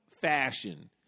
fashion